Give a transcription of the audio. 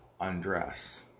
undress